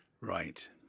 Right